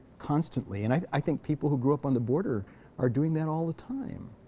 constantly. and i think people who grew up on the border are doing that all the time.